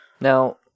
Now